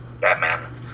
Batman